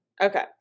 Okay